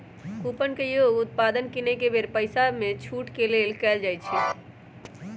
coupon के उपयोग उत्पाद किनेके बेर पइसामे छूट के लेल कएल जाइ छइ